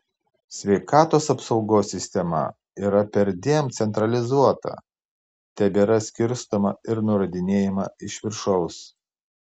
sveikatos apsaugos sistema yra perdėm centralizuota tebėra skirstoma ir nurodinėjama iš viršaus